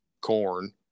corn